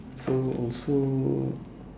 so also